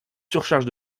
surcharge